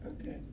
Okay